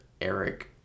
Eric